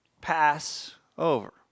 Passover